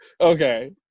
Okay